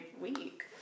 week